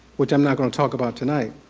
which i'm not going to talk about tonight.